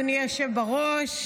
חבר הכנסת נאור שירי,